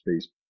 space